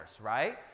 right